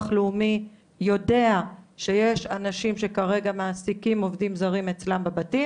לאומי יודע שיש אנשים שכרגע מעסיקים עובדים זרים אצלם בבתים.